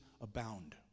abound